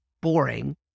boring